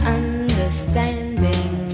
understanding